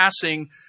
passing